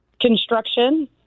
Construction